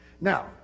Now